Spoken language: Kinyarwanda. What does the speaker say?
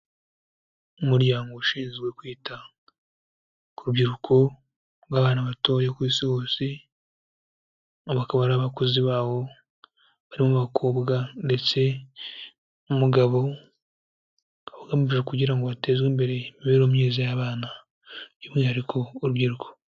Umuryango ushinzwe kwita ku rubyiruko rw'abana batoya ku isi hose, aba bakaba ari abakozi bawo, barimo bakobwa, ndetse n'umugabo, ugamije kugira ngo bateze imbere imibereho myiza y'abana, by'umwihariko urubyiruko.